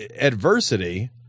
adversity